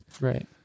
right